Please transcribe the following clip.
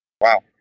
Wow